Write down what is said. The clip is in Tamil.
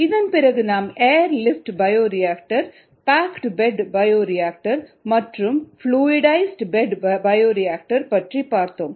இதன் பிறகு நாம் air lift bioreactor packed bed bioreactor மற்றும் புளுஇடைஸ்டு பெட் பயோரியாக்டர் பற்றி பார்த்தோம்